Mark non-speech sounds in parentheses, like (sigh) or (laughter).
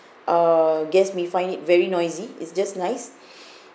uh guests may find it very noisy it's just nice (breath)